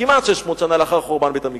כמעט 600 שנה לאחר חורבן בית-המקדש,